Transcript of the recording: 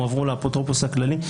הועברו לאפוטרופוס הכללי.